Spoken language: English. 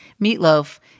meatloaf